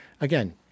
again